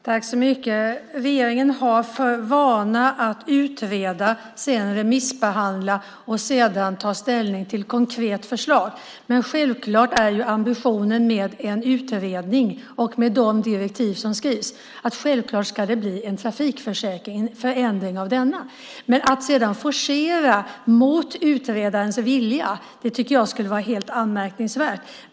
Fru talman! Regeringen har för vana att utreda, sedan remissbehandla och sedan ta ställning till ett konkret förslag. Men självklart är ambitionen med en utredning och med de direktiv som skrivs att det ska bli en förändring av trafikförsäkringen. Att forcera mot utredarens vilja tycker jag skulle vara anmärkningsvärt.